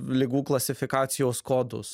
ligų klasifikacijos kodus